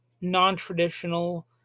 non-traditional